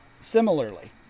Similarly